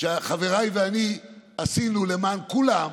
חבריי ואני עשינו למען כולם.